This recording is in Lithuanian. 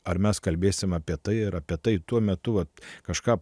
ar mes kalbėsim apie tai ir apie tai tuo metu vat kažką